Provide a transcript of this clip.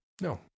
no